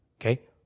Okay